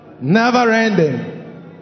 never-ending